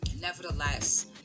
Nevertheless